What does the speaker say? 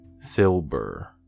silver